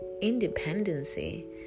independency